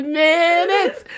minutes